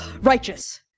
righteous